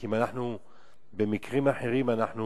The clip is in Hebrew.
כי אם במקרים אחרים אנחנו